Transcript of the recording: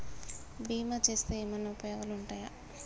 బీమా చేస్తే ఏమన్నా ఉపయోగాలు ఉంటయా?